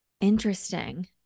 Interesting